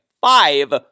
five